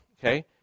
okay